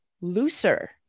looser